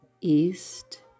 East